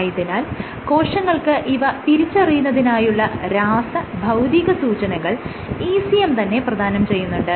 ആയതിനാൽ കോശങ്ങൾക്ക് ഇവ തിരിച്ചറിയുന്നതിനായുള്ള രാസ ഭൌതിക സൂചനകൾ ECM തന്നെ പ്രധാനം ചെയ്യുന്നുണ്ട്